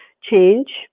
change